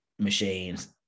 machines